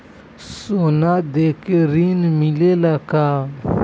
सोना देके ऋण मिलेला का?